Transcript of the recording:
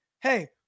Hey